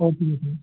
okay ਬੇਟੇ